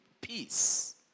peace